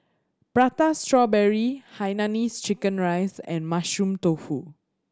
Prata Strawberry hainanese chicken rice and Mushroom Tofu